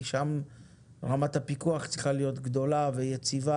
שם רמת הפיקוח צריכה להיות גדולה ויציבה